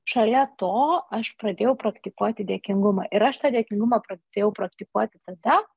šalia to aš pradėjau praktikuoti dėkingumą ir aš tą dėkingumą pradėjau praktikuoti tada